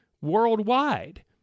worldwide